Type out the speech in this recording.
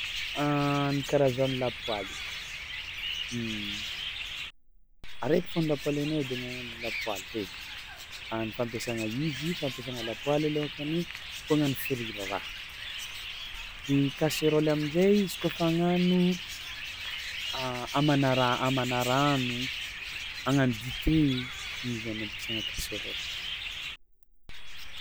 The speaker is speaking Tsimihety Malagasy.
Ny karazan'ny lapoaly araiky fao ny lapoaly hainay de na lapoaly haiky, a ny fampiasagna izy fampiasagna lapoaly alôhakany koa hagnano frira raha de kaseraoly amin-jay izy kaofa hagnano hamana raha hamana rano, hagnano dite, igny zany ampiasagna kaseraoly.